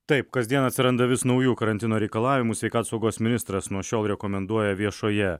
taip kasdien atsiranda vis naujų karantino reikalavimų sveikatos saugos ministras nuo šiol rekomenduoja viešoje